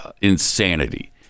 Insanity